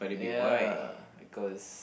ya because